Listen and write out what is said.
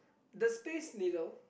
the space needle